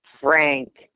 Frank